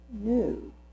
new